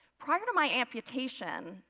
prior to my amputation,